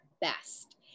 best